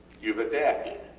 youve adapted.